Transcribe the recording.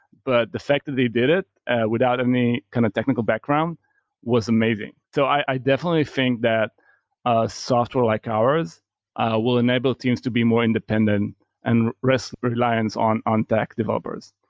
but the fact that they did without any kind of technical background was amazing. so, i definitely think that ah software like ours will enable teams to be more independent and risk reliance on on tech developers.